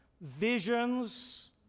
visions